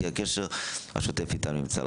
כי הקשר השוטף נמצא.